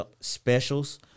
specials